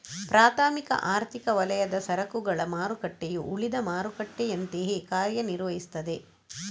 ಪ್ರಾಥಮಿಕ ಆರ್ಥಿಕ ವಲಯದ ಸರಕುಗಳ ಮಾರುಕಟ್ಟೆಯು ಉಳಿದ ಮಾರುಕಟ್ಟೆಯಂತೆಯೇ ಕಾರ್ಯ ನಿರ್ವಹಿಸ್ತದೆ